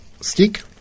stick